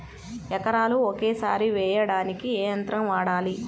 ఎకరాలు ఒకేసారి వేయడానికి ఏ యంత్రం వాడాలి?